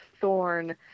thorn